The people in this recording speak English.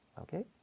Okay